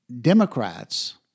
Democrats